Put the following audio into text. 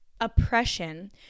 oppression